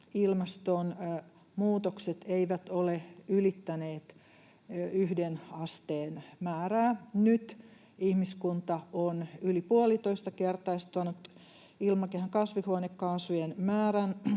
ilmaston muutokset eivät ole ylittäneet yhden asteen määrää. Nyt ihmiskunta on yli puolitoistakertaistanut ilmakehän kasvihuonekaasujen määrän